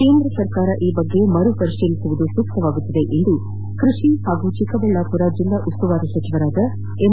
ಕೇಂದ್ರ ಸರ್ಕಾರ ಈ ಬಗ್ಗೆ ಮರು ಪರಿತೀಲಿಸುವುದು ಸೂಕ್ತ ಎಂದು ಕೃಷಿ ಹಾಗೂ ಚಿಕ್ಕಬಳ್ಳಾಪುರ ಜಿಲ್ಲಾ ಉಸ್ತುವಾರಿ ಸಚಿವ ಎನ್